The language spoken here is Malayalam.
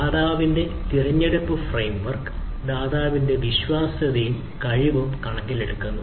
ദാതാവിന്റെ തിരഞ്ഞെടുപ്പ് ഫ്രെയിംവർക് ദാതാവിന്റെ വിശ്വാസ്യതയും കഴിവും കണക്കിലെടുക്കുന്നു